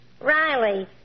Riley